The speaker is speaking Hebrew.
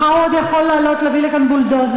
מחר הוא עוד יכול לעלות להביא לכאן בולדוזרים.